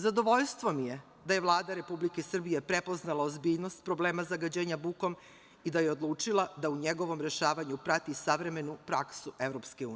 Zadovoljstvo mi je da je Vlada Republike Srbije prepoznala ozbiljnost problema zagađenja bukom i da je odlučila da u njegovom rešavanju prati savremenu praksu EU.